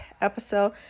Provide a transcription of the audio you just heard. episode